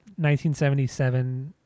1977